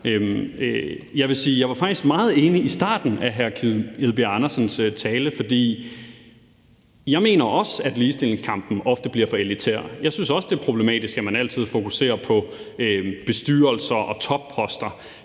jeg var faktisk meget enig i starten af hr. Kim Edberg Andersens tale, for jeg mener også, at ligestillingskampen ofte bliver for elitær. Jeg synes også, det er problematisk, at man altid fokuserer på bestyrelser og topposter.